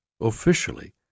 officially